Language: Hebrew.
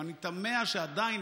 ואני תמה שעדיין,